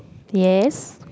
yes